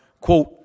quote